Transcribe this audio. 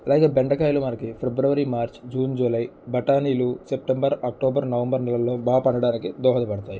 అలాగే బెండకాయలు మనకి ఫిబ్రవరి మార్చ్ జూన్ జూలై బటానీలు సెప్టెంబర్ అక్టోబర్ నవంబర్ నెలల్లో బా పండటానికి దోహదపడతాయి